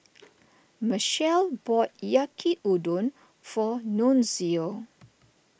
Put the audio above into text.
Michelle bought Yaki Udon for Nunzio